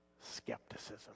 Skepticism